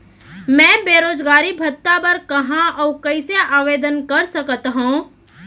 मैं बेरोजगारी भत्ता बर कहाँ अऊ कइसे आवेदन कर सकत हओं?